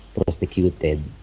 prosecuted